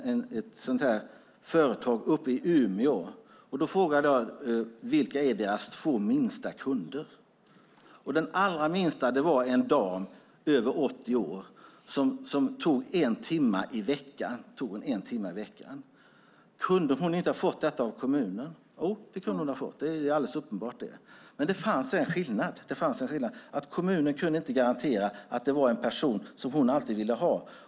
Jag var på ett företag i Umeå som säljer dessa tjänster. Jag frågade vilka som var deras två minsta kunder. Den allra minsta var en dam på över 80 år som behövde hjälp en timme i veckan. Kunde hon inte ha fått denna hjälp av kommunen? Jo, det kunde hon ha fått. Det är alldeles uppenbart. Men det fanns en skillnad, nämligen att kommunen inte kunde garantera att det alltid var den person som hon ville ha.